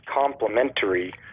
complementary